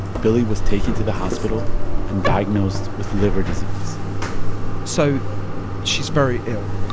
billie was taken to the hospital and diagnosed with liver disease so she's very ill,